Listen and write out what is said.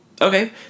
Okay